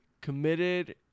committed